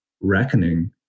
reckoning